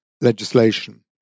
legislation